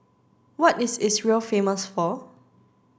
what is Israel famous for